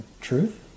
truth